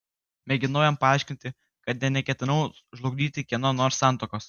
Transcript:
mėginau jam paaiškinti kad nė neketinau žlugdyti kieno nors santuokos